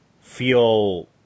feel